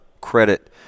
credit –